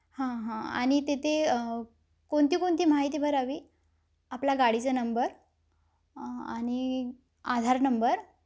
हां हां आणि तिथे कोणती कोणती माहिती भरावी आपला गाडीचा नंबर आणि आधार नंबर